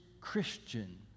Christian